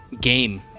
game